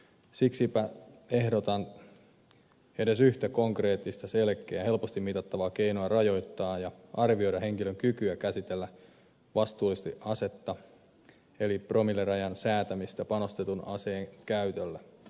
siksipä ehdotan edes yhtä konkreettista selkeää helposti mitattavaa keinoa rajoittaa ja arvioida henkilön kykyä käsitellä vastuullisesti asetta eli promillerajan säätämistä panostetun aseen käytölle